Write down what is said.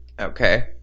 Okay